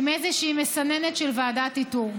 עם איזושהי מסננת של ועדת איתור.